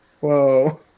whoa